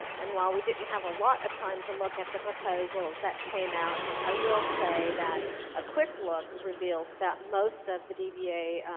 and while we didn't have a lot of time to look at the proposals that came out, i will say that a quick look reveals that most of the dba,